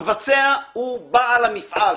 המבצע הוא בעל המפעל.